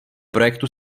projektu